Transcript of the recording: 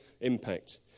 impact